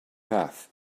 path